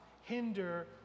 hinder